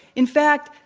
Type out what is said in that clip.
in fact,